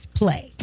play